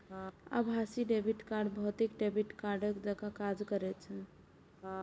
आभासी debit card भौतिक debit कार्डे जकां काज करै छै